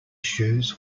shoes